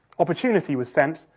opportunity was sent,